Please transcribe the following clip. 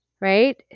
right